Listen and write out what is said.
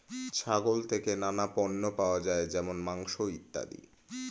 ছাগল থেকে নানা পণ্য পাওয়া যায় যেমন মাংস, ইত্যাদি